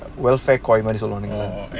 welfare ointments also